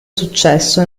successo